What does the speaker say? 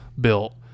built